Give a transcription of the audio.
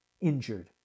injured